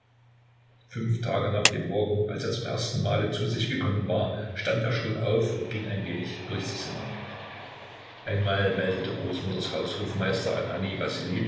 fünf tage nach dem morgen als er zum ersten male zu sich gekommen war stand er schon auf und ging ein wenig durchs zimmer einmal meldete großmutters haushofmeister ananij